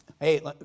hey